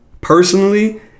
personally